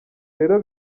rero